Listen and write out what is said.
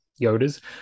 Yodas